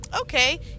okay